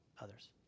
others